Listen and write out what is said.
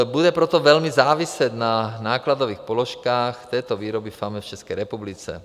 Bude proto velmi záviset na nákladových položkách této výroby FAME v České republice.